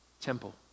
temple